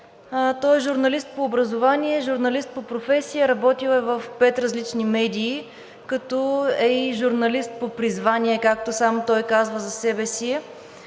Той е журналист по образование, журналист по професия. Работил е в пет различни медии, като е журналист и по призвание, както сам той казва за себе си.